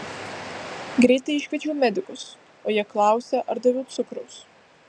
greitai iškviečiau medikus o jie klausia ar daviau cukraus